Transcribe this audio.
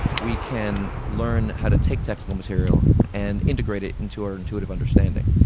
we can learn how to take tactile material and integrate it into our intuitive understanding.